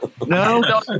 No